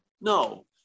No